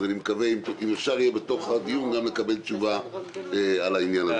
אם אפשר, אני מבקש לקבל תשובה בעניין הזה.